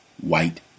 white